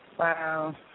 Wow